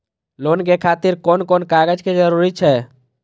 Loan के खातिर कोन कोन कागज के जरूरी छै?